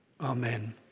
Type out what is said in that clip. Amen